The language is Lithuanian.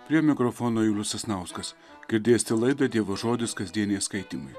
prie mikrofono julius sasnauskas girdėsite laidą dievo žodis kasdieniai skaitymai